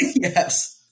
Yes